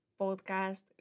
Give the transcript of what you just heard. podcast